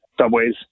subways